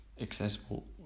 accessible